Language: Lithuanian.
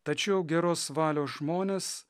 tačiau geros valios žmonės